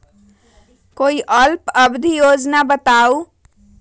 कोई अल्प अवधि योजना बताऊ?